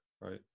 right